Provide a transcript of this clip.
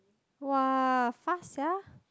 [wah] fast sia